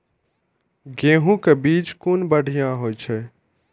गैहू कै बीज कुन बढ़िया होय छै?